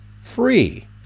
free